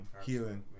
healing